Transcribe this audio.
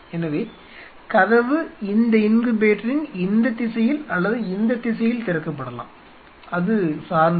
எனவே கதவு இந்த இன்குபேட்டரின் இந்த திசையில் அல்லது இந்த திசையில் திறக்கப்படலாம் அது சார்ந்தது